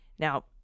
Now